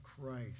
Christ